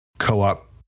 co-op